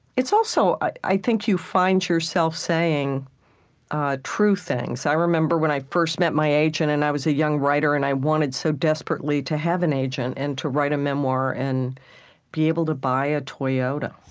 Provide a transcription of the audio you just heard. it's also, i i think, you find yourself saying ah true things i remember when i first met my agent, and i was a young writer, and i wanted so desperately to have an agent and to write a memoir and be able to buy a toyota.